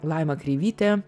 laima kreivytė